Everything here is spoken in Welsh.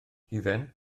hufen